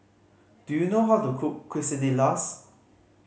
do you know how to cook Quesadillas